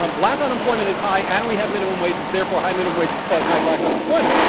um black unemployment is high, and we have minimum wages, therefore high minimum wages cause high black unemployment,